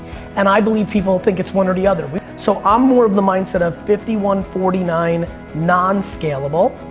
and i believe people think it's one or the other. so i'm more of the mindset of fifty one forty nine non scalable,